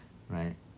right